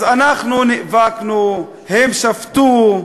אז אנחנו נאבקנו, הם שבתו,